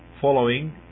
following